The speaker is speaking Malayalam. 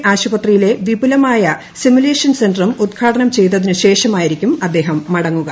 ഇ ആശുപത്രിയിലെ വിപുലമായ സിമുലേഷൻ സെന്ററും ഉദ്ഘാടനം ചെയ്തതിനു ശേഷമായിരിക്കും അദ്ദേഹം മടങ്ങുക